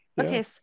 okay